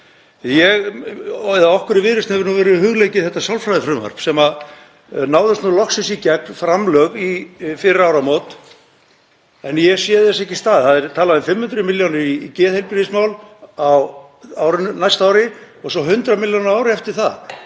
öllu. Okkur í Viðreisn hefur verið hugleikið þetta sálfræðifrumvarp sem náðist loksins í gegn, framlög, fyrir áramót en ég sé þess ekki stað. (Forseti hringir.) Það er talað um 500 milljónir í geðheilbrigðismál á næsta ári og svo 100 milljónir á ári eftir það.